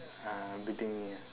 uh beating me